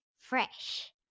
fresh